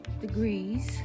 degrees